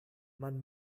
man